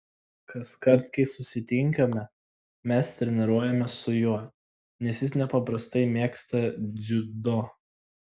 kaskart kai susitinkame mes treniruojamės su juo nes jis nepaprastai mėgsta dziudo